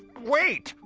wait!